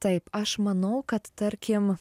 taip aš manau kad tarkim